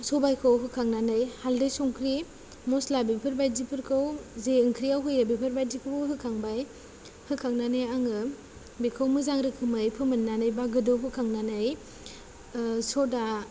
सबायखौ होखांनानै हाल्दै संख्रि मसला बेफोरबायदिफोरखौ जे ओंख्रियाव होयो बेफोरबादिखौबो होखांबाय होखांनानै आङो बेखौ मोजां रोखोमै फोमोननानै बा गोदौहोखांनानै सदा